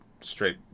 straight